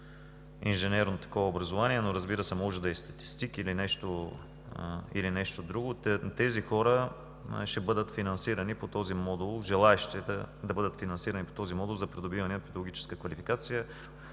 инженерно такова образование, но, разбира се, може да е статистик или нещо друго – такива хора, желаещи да бъдат финансирани по този модул, за придобиване на педагогическа квалификация.